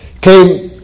came